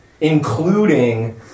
including